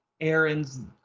aaron's